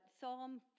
Psalm